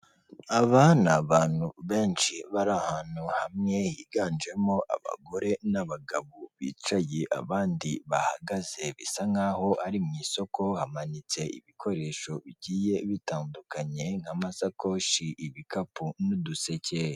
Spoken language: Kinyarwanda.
Aba ni benshi bari ahantu hamwe, higanjemo abagore n'abagabo bicaye, abandi bahagaze, bisa nk'aho ari mu isoko, hamanitse ibikoresho bigiye bitandukanye nk'amasakoshi, ibikapu n'uduseke.